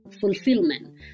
fulfillment